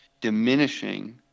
diminishing